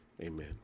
Amen